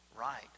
right